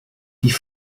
die